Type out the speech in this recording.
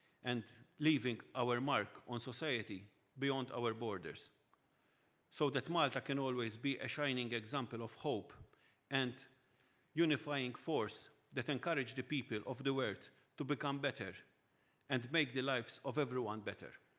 and leaving our mark on society beyond our borders so that malta can always be a shining example of hope and unifying force that encourage the people of the world to become better and make the lives of everyone better.